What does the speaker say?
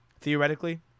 Theoretically